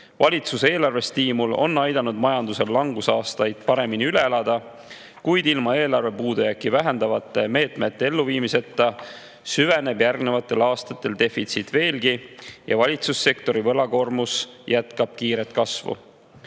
Valitsuse eelarvestiimul on aidanud majandusel langusaastaid paremini üle elada, kuid ilma eelarve puudujääki vähendavate meetmete elluviimiseta süveneb järgnevatel aastatel defitsiit veelgi ja valitsussektori võlakoormus jätkab kiiret kasvu. Selle